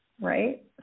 right